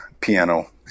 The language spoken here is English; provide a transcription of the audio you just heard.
piano